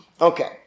okay